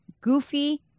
goofy